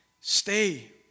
Stay